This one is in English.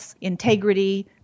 integrity